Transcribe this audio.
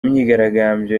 myigaragambyo